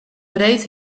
breed